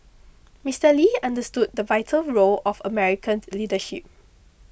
Mister Lee understood the vital role of American leadership